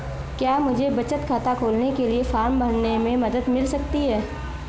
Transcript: क्या मुझे बचत खाता खोलने के लिए फॉर्म भरने में मदद मिल सकती है?